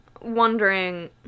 wondering